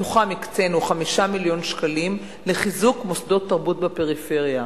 מתוכם הקצינו 5 מיליון שקלים לחיזוק מוסדות תרבות בפריפריה.